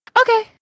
Okay